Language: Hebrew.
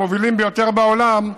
המובילים ביותר בעולם,